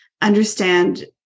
Understand